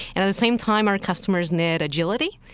and at the same time, our customers need agility.